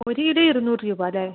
ഒരു കിലോ ഇരുന്നൂറ് രൂപ അല്ലെ